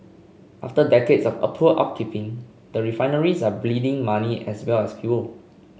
after decades of a poor upkeep the refineries are bleeding money as well as fuel